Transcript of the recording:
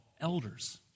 elders